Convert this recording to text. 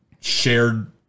Shared